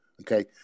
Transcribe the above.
okay